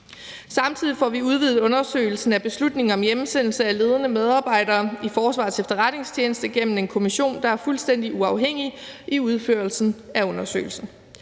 Samtidig får vi udvidet undersøgelsen af beslutningen om hjemsendelse af ledende medarbejdere i Forsvarets Efterretningstjeneste gennem en kommission, der er fuldstændig uafhængig i udførelsen af undersøgelsen.